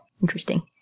Interesting